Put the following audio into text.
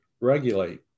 regulate